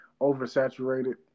oversaturated